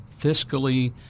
fiscally